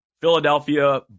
Philadelphia